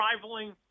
rivaling